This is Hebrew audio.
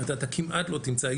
אתה כמעט לא תמצא,